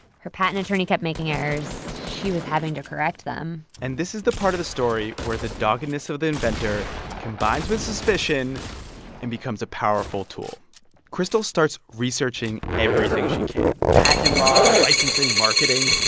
her patent attorney kept making errors. she was having to correct them and this is the part of the story where the doggedness of the inventor combines with suspicion and becomes a powerful tool crystal starts researching everything she can patent law, licensing, marketing.